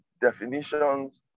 definitions